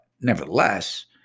nevertheless